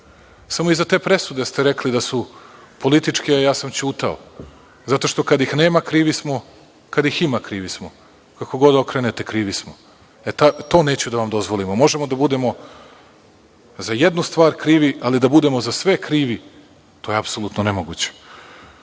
I za te presude ste rekli da su političke, ja sam ćutao. Zato što kada ih nema krivi smo, kada ih ima krivi smo. Kako god okrenete krivi smo. To neću da vam dozvolim. Možemo da budemo za jednu stvar krivi, ali za sve krivi, to je apsolutno nemoguće.